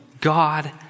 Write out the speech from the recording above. God